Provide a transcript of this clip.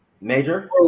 Major